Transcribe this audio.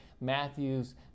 Matthew's